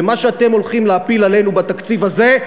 ומה שאתם הולכים להפיל עלינו בתקציב הזה,